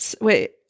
wait